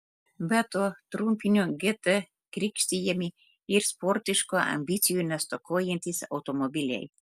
be to trumpiniu gt krikštijami ir sportiškų ambicijų nestokojantys automobiliai